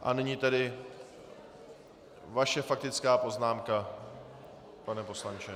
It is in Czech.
A nyní tedy vaše faktická poznámka, pane poslanče.